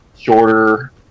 shorter